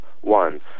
one